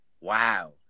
Wow